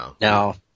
Now